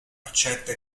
accetta